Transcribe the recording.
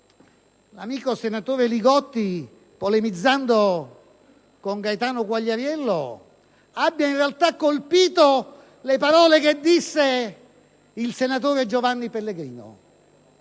l'amico senatore Li Gotti, polemizzando con Gaetano Quagliariello, abbia in realtà rievocato le parole che disse il senatore Giovanni Pellegrino.